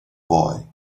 boy